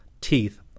teeth